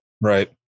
right